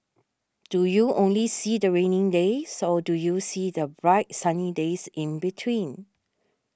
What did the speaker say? do you only see the rainy days or do you see the bright sunny days in between